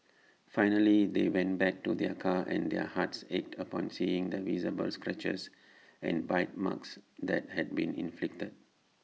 finally they went back to their car and their hearts ached upon seeing the visible scratches and bite marks that had been inflicted